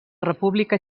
república